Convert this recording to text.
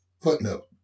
Footnote